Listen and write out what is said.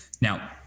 Now